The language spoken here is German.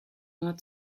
nur